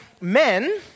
men